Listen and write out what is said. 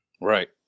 Right